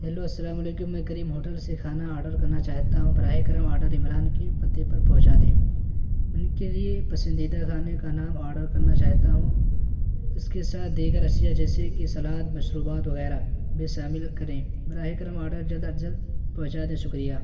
hello السلام علیکم میں کریم ہوٹل سے کھانا آڈر کرنا چاہتا ہوں براہِ کرم آڈر عمران کے پتے پر پہنچا دیں ان کے لیے پسندیدہ کھانے کا نام آڈر کرنا چاہتا ہوں اس کے ساتھ دیگر اشیاء جیسے کہ سلاد مشروبات وغیرہ بھی شامل کریں براہِ کرم آڈر جلد از جلد پہنچا دیں شکریہ